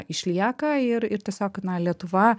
išlieka ir ir tiesiog na lietuva